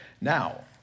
Now